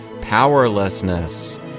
powerlessness